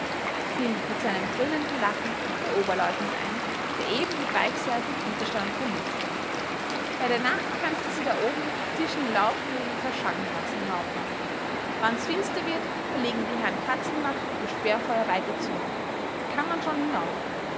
fiel mit seinem dröhnenden lachen der oberleutnant ein der eben mit weixler den unterstand verließ bei der nacht kannst du sie da oben zwischen den laufgräben verscharren lassen herr hauptmann wann's finster wird verlegen die herrn katzelmacher ihr sperrfeuer weiter zurück da kann man schon hinauf